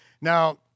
Now